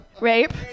Rape